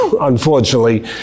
unfortunately